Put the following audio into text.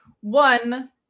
One